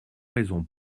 raison